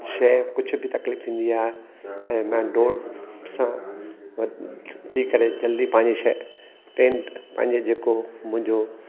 कुझु शइ कुझु बि तकलीफ़ थींदी आहे ऐं मां डोड़ सां वधी करे जल्दी पंहिंजे शइ पंहिंजे जे को मुंहिंजो